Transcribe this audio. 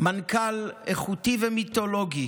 מנכ"ל איכותי ומיתולוגי